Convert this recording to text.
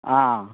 ആ